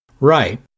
Right